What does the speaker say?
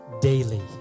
daily